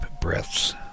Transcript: breaths